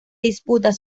disputaba